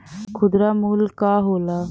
खुदरा मूल्य का होला?